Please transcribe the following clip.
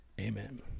amen